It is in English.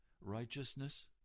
righteousness